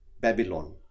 Babylon